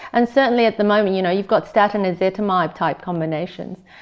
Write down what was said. and certainly at the moment you know you've got statin-ezetimibe type combinations.